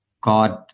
God